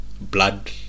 blood